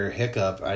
hiccup